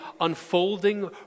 unfolding